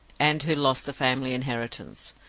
and who lost the family inheritance.